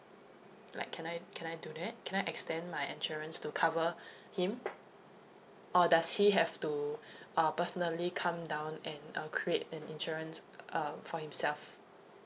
like can I can I do that can I extend my insurance to cover him or does he have to uh personally come down and uh create an insurance um for himself